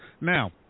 Now